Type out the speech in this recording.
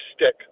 stick